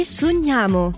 sogniamo